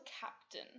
captain